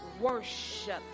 worship